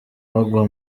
bagwa